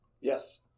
Yes